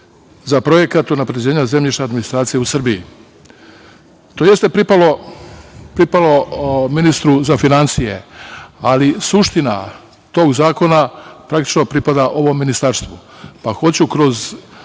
za Projekat unapređenja zemljišne administracije u Srbiji. To jeste pripalo ministru za finansije, ali, suština tog zakona praktično pripada ovom ministarstvu, pa hoću kroz